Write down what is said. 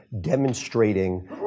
demonstrating